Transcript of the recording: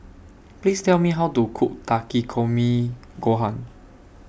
Please Tell Me How to Cook Takikomi Gohan